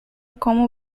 como